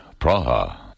Praha